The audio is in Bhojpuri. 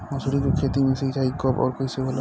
मसुरी के खेती में सिंचाई कब और कैसे होला?